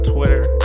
Twitter